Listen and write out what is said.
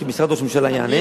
שמשרד ראש הממשלה יענה,